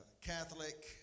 Catholic